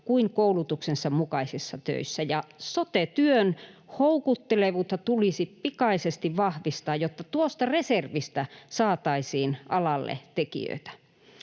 kuin koulutuksensa mukaisissa töissä. Sote-työn houkuttelevuutta tulisi pikaisesti vahvistaa, jotta tuosta reservistä saataisiin alalle tekijöitä.